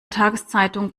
tageszeitung